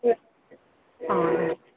ହଁ